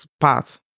path